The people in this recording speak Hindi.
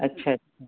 अच्छा अच्छा